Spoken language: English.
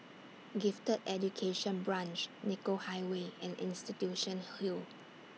Gifted Education Branch Nicoll Highway and Institution Hill